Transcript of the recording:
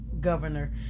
governor